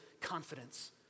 confidence